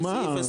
זהו, מה?